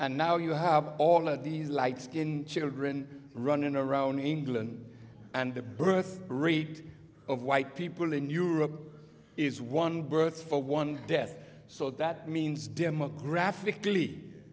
and now you have all of these light skin children running around in england and the birth rate of white people in europe is one births for one death so that means demographically